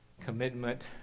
commitment